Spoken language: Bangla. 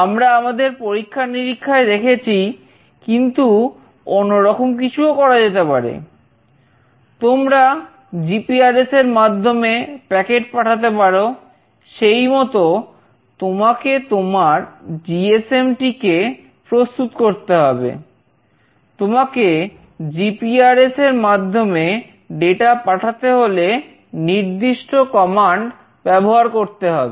আমাদের ক্ষেত্রে আমরা জিএসএম ব্যবহার করতে হবে